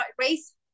race